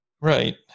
right